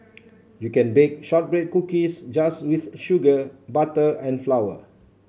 you can bake shortbread cookies just with sugar butter and flour